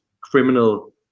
criminal